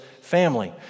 family